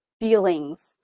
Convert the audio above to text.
feelings